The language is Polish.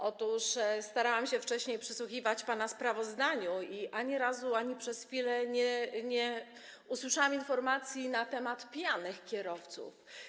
Otóż starałam się wcześniej przysłuchiwać pana sprawozdaniu i ani razu, ani przez chwilę nie usłyszałam informacji na temat pijanych kierowców.